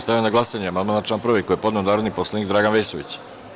Stavljam na glasanje amandman na član 1. koji je podneo narodni poslanik Dragan Vesović.